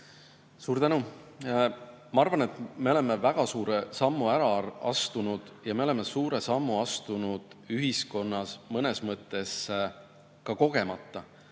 Suur tänu! Ma arvan, et me oleme väga suure sammu ära astunud ja me oleme suure sammu astunud ühiskonnas mõnes mõttes ka kogemata.